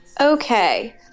okay